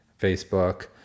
facebook